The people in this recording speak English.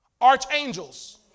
archangels